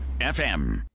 FM